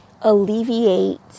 alleviate